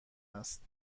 است